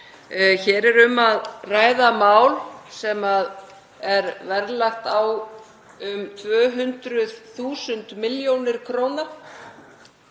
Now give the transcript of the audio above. Hér er um að ræða mál sem er verðlagt á um 200.000 millj. kr.